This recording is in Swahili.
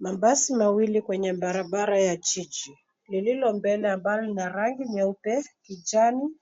Mabasi mawili kwenye barabara ya jiji, lililo mbele ambalo lina rangi nyeupe, kijani